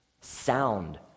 sound